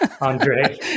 andre